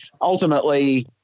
ultimately –